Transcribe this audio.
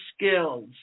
skills